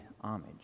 homage